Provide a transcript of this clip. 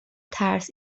ترس